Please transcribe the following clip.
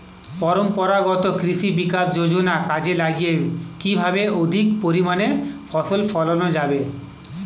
পরম্পরাগত কৃষি বিকাশ যোজনা কাজে লাগিয়ে কিভাবে অধিক পরিমাণে ফসল ফলানো যাবে?